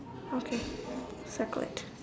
okay so correct